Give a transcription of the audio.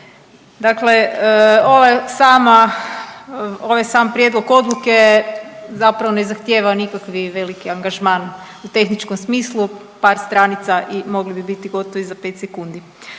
sama, ovaj sam prijedlog odluke zapravo na zahtjeva nikakvi veliki angažman u tehničkom smislu par stranica i mogli bi biti gotovi za 5 sekundi.